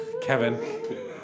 Kevin